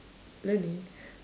learning